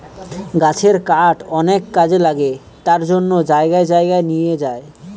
গাছের কাঠ অনেক কাজে লাগে তার জন্য জায়গায় জায়গায় নিয়ে যায়